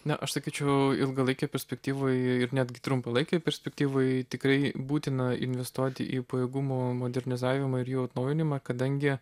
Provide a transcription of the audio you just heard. na aš sakyčiau ilgalaikėje perspektyvoje ir netgi trumpalaikėje perspektyvoje tikrai būtina investuoti į pajėgumų modernizavimą ir jų atnaujinimą kadangi